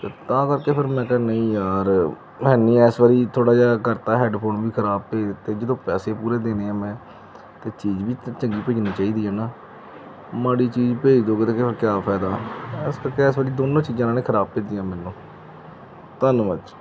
ਤੇ ਤਾਂ ਕਰਕੇ ਫਿਰ ਮੈਂ ਕਿਹਾ ਨਹੀਂ ਯਾਰ ਹੈਨੀ ਐਸ ਵਾਰੀ ਥੋੜਾ ਜਿਹਾ ਕਰਤਾ ਹੈਡਫੋਨ ਵੀ ਖਰਾਬ ਭੇਜ ਦਿੱਤੇ ਜਦੋਂ ਪੈਸੇ ਪੂਰੇ ਦੇਣੇ ਆ ਮੈਂ ਤੇ ਚੀਜ਼ ਵੀ ਚੰਗੀ ਭੇਜਣੀ ਚਾਹੀਦੀ ਹੈ ਨਾ ਮਾੜੀ ਚੀਜ਼ ਭੇਜ ਦੋ ਫਿਰ ਉਹਦਾ ਕਿਆ ਫਾਇਦਾ ਐਸ ਕਰਕੇ ਐਸ ਵਾਰੀ ਦੋਨੋਂ ਚੀਜ਼ਾਂ ਇਹਨਾਂ ਨੇ ਖਰਾਬ ਭੇਜੀਆਂ ਮੈਨੂੰ ਧੰਨਵਾਦ ਜੀ